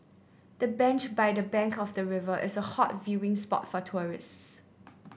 the bench by the bank of the river is a hot viewing spot for tourists